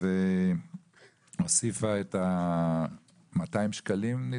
והוסיפה את ה-200 שקלים.